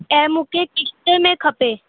ऐं मूंखे किश्ते में खपे